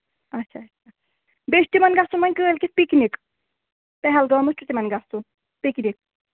اَچھا اَچھا بیٚیہِ چھُ تِمَن گژھُن وۅنۍ کٲلۍکٮ۪تھ پِکنِک پَہلگام حظ چھُ تِمَن گژھُن پِکنِک